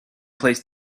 place